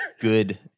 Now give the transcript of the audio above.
good